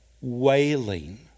wailing